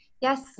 Yes